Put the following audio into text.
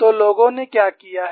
तो लोगों ने क्या किया है